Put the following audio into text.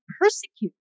persecute